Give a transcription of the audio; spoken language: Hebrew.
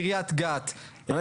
קרית גת,